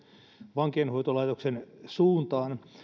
vankeinhoitolaitoksen suuntaan